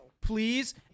please